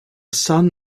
son